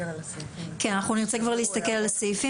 אנחנו נרצה כבר להסתכל על הסעיפים